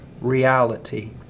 reality